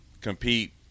compete